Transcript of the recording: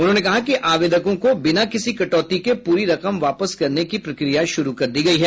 उन्होंने कहा कि आवेदकों को बिना किसी कटौती के पूरी रकम वापस करने की प्रक्रिया शुरू कर दी गई है